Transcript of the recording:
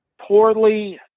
poorly